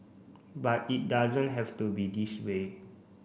but it doesn't have to be this way